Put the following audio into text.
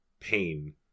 pain